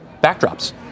backdrops